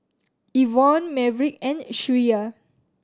Yvonne Maverick and Shreya